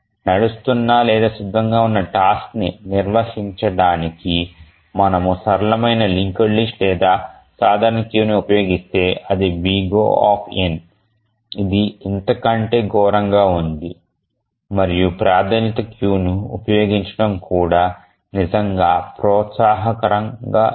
నడుస్తున లేదా సిద్ధంగా ఉన్న టాస్క్ ని నిర్వహించడానికి మనము సరళమైన లింక్డ్ లిస్ట్ లేదా సాధారణ క్యూను ఉపయోగిస్తే అది O ఇది ఇంత కంటే ఘోరంగా ఉంది మరియు ప్రాధాన్యత క్యూను ఉపయోగించడం కూడా నిజంగా ప్రోత్సాహకరంగా లేదు